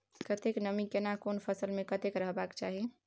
कतेक नमी केना कोन फसल मे कतेक रहबाक चाही?